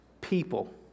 People